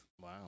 Wow